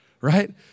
Right